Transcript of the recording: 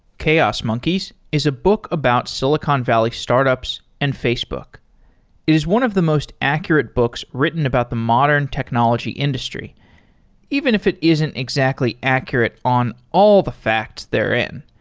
chaos monkeys is a book about silicon valley startups and facebook. it is one of the most accurate books written about the modern technology industry even if it isn't exactly accurate on all the facts therein.